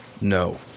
No